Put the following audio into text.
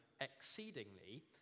exceedingly